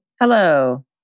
Hello